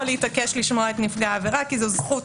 להתעקש לשמוע את נפגע העבירה כי זו זכות